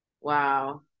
Wow